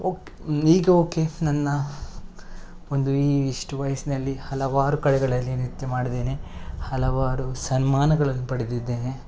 oak ಈಗ okay ನನ್ನ ಒಂದು ಈ ಇಷ್ಟು ವಯಸ್ಸಿನಲ್ಲಿ ಹಲವಾರು ಕಡೆಗಳಲ್ಲಿ ನೃತ್ಯ ಮಾಡಿದ್ದೇನೆ ಹಲವಾರು ಸನ್ಮಾನಗಳನ್ನು ಪಡೆದಿದ್ದೇನೆ